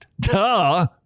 Duh